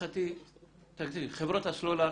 חברות הסלולר,